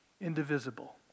Indivisible